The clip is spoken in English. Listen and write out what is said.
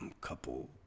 couple